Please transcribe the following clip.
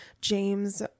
James